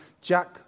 Jack